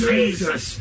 Jesus